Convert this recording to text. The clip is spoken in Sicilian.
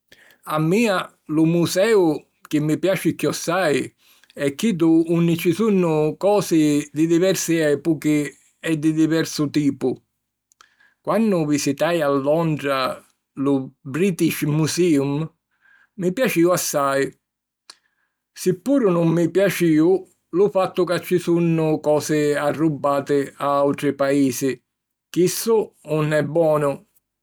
A mia lu musèu chi mi piaci chiossai è chiddu unni ci sunnu cosi di diversi èpuchi e di diversu tipu. Quannu visitai a Londra lu Bitish Museum, mi piacìu assai; si puru nun mi piacìu lu fattu ca ci sunnu cosi arrubbati a àutri Paisi. Chissu 'un è bonu!